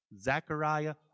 Zechariah